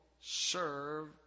serve